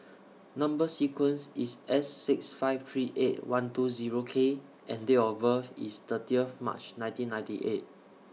Number sequence IS S six five three eight one two Zero K and Date of birth IS thirty of March nineteen ninety eight